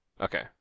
Okay